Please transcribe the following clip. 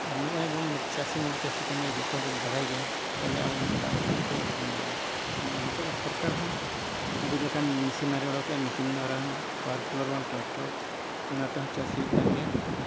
ᱟᱨ ᱱᱚᱜᱼᱚᱭ ᱵᱚᱱ ᱪᱟᱥᱤ ᱢᱟᱵᱚᱱ ᱪᱟᱥᱤ ᱠᱟᱱ ᱜᱮᱭᱟ ᱡᱚᱛᱚ ᱠᱚ ᱵᱟᱲᱟᱭ ᱜᱮᱭᱟ ᱦᱮᱞᱮᱜ ᱟᱵᱚ ᱢᱤᱫᱴᱟᱝ ᱨᱮᱴᱛᱮ ᱡᱚᱛᱚ ᱵᱚ ᱟᱹᱠᱷᱨᱤᱧ ᱫᱟᱲᱮᱭᱟᱜᱼᱟ ᱱᱚᱜᱼᱚᱭ ᱱᱤᱛᱳᱜᱢᱟ ᱥᱚᱨᱠᱟᱨ ᱦᱚᱸ ᱟᱹᱰᱤ ᱞᱮᱠᱟᱱ ᱢᱮᱥᱤᱱᱟᱨᱤ ᱚᱰᱳᱠᱮᱜᱼᱼᱟ ᱢᱮᱥᱤᱱ ᱫᱚᱣᱟᱨᱟ ᱦᱚᱸ ᱯᱟᱣᱟᱨ ᱴᱤᱞᱟᱨ ᱵᱟᱝ ᱴᱨᱟᱠᱴᱚᱨ ᱚᱱᱟᱛᱮ ᱦᱚᱸ ᱪᱟᱥ ᱦᱩᱭᱩᱜ ᱠᱟᱱ ᱜᱮᱭᱟ ᱟᱨ